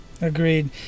Agreed